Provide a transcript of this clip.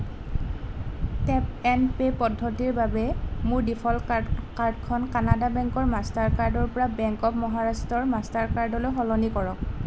tap and pay পদ্ধতিৰ বাবে মোৰ ডিফল্ট কা কাৰ্ডখন কানাড়া বেংকৰ মাষ্টাৰ কাৰ্ডৰ পৰা বেংক অৱ মহাৰাষ্ট্ৰৰ মাষ্টাৰ কাৰ্ডলৈ সলনি কৰক